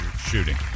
shooting